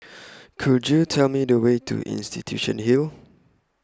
Could YOU Tell Me The Way to Institution Hill